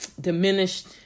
diminished